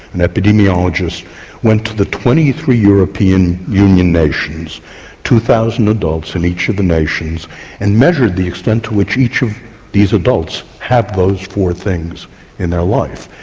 an epidemiologist went to twenty three european union nations two thousand adults in each of the nations and measured the extent to which each of these adults had those four things in their life.